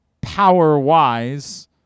power-wise